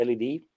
LED